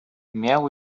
miał